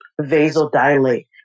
vasodilate